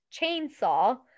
chainsaw